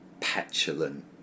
petulant